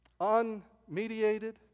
unmediated